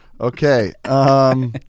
Okay